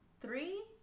three